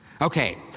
Okay